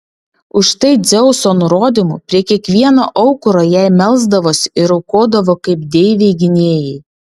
už tai dzeuso nurodymu prie kiekvieno aukuro jai melsdavosi ir aukodavo kaip deivei gynėjai